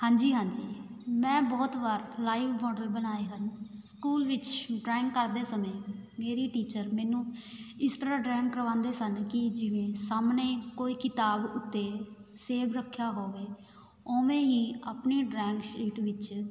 ਹਾਂਜੀ ਹਾਂਜੀ ਮੈਂ ਬਹੁਤ ਵਾਰ ਲਾਈਵ ਮੋਡਲ ਬਣਾਏ ਹਨ ਸਕੂਲ ਵਿੱਚ ਡਰਾਇੰਗ ਕਰਦੇ ਸਮੇਂ ਮੇਰੀ ਟੀਚਰ ਮੈਨੂੰ ਇਸ ਤਰ੍ਹਾਂ ਡਰਾਇੰਗ ਕਰਵਾਉਂਦੇ ਸਨ ਕਿ ਜਿਵੇਂ ਸਾਹਮਣੇ ਕੋਈ ਕਿਤਾਬ ਉੱਤੇ ਸੇਬ ਰੱਖਿਆ ਹੋਵੇ ਉਵੇਂ ਹੀ ਆਪਣੀ ਡਰਾਇੰਗ ਸ਼ੀਟ ਵਿੱਚ